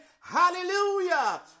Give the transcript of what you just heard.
hallelujah